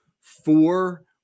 four